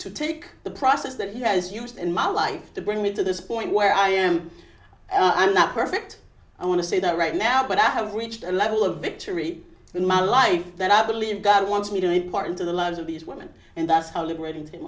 to take the process that he has used in my life to bring me to this point where i am i'm not perfect i want to say that right now but i have reached a level of victory in my life that i believe god wants me to report into the lives of these women and that's a liberating